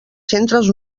centres